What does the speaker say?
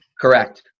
Correct